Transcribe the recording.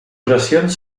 oracions